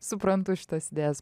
suprantu šitas idėjas